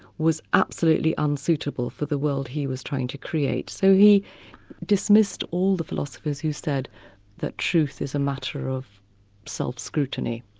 was absolutely unsuitable for the world he was trying to create. so he dismissed all the philosophers who said that truth is a matter of self-scrutiny.